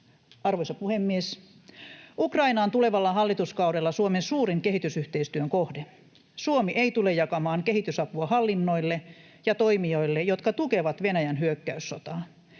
Arvoisa puhemies! Ukraina on tulevalla hallituskaudella Suomen suurin kehitysyhteistyön kohde. Suomi ei tule jakamaan kehitysapua hallinnoille ja toimijoille, jotka tukevat Venäjän hyökkäyssotaa.